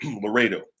Laredo